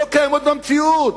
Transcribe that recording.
לא קיימות במציאות,